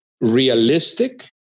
realistic